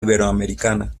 iberoamericana